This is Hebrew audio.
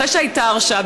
אחרי שהייתה הרשעה,